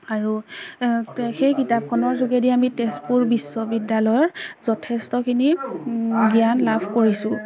আৰু সেই কিতাপখনৰ যোগেদি আমি তেজপুৰ বিশ্ববিদ্যালয়ৰ যথেষ্টখিনি জ্ঞান লাভ কৰিছোঁ